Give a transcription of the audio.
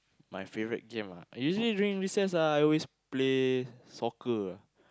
my favourite game ah usually during recess ah I always play soccer ah